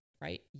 right